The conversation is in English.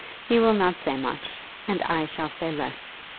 he will not say much, and i shall say less.